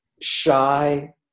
shy